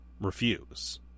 refuse